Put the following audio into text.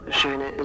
schöne